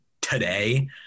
today